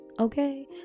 Okay